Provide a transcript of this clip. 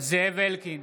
זאב אלקין,